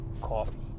Coffee